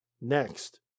Next